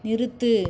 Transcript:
நிறுத்து